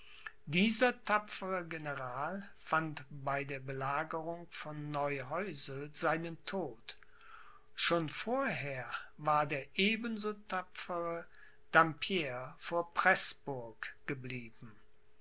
dieser tapfere general fand bei der belagerung von neuhäusel seinen tod schon vorher war der eben so tapfere dampierre vor preßburg geblieben